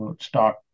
start